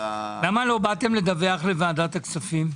למה לא באתם לדווח לוועדת הכספים?